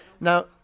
Now